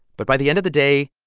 but by the end of the day,